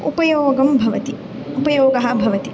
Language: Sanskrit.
उपयोगं भवति उपयोगं भवति